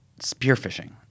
spearfishing